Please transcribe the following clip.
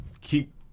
keep